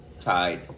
tied